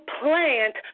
plant